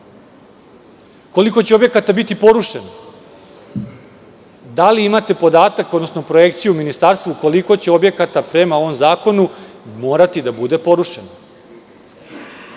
Koliko će objekata biti porušeno? Da li imate podatak, odnosno projekciju u ministarstvu koliko će objekata prema ovom zakonu morati da bude porušeno?